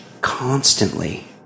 constantly